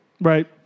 Right